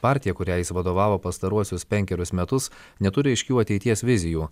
partija kuriai jis vadovavo pastaruosius penkerius metus neturi aiškių ateities vizijų